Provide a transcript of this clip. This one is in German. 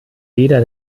weder